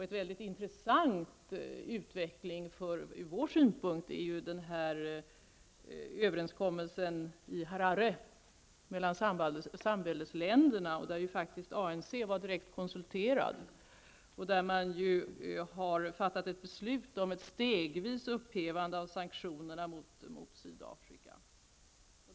En mycket intressant utveckling från vår synpunkt är överenskommelsen i Harare mellan samväldesländerna, där ANC direkt var konsulterad. Man har där fattat ett beslut om ett stegvist upphävande av sanktionerna mot Sydafrika.